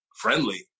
friendly